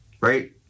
right